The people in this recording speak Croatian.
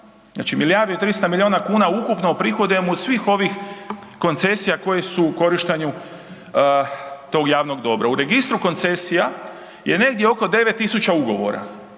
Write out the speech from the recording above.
Znači milijardu i 300 milijuna kuna ukupno .../Govornik se ne razumije./... od svih ovih koncesija koje su u korištenju tog javnog dobra. U Registru koncesija je negdje oko 9 tisuća ugovora.